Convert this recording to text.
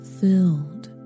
filled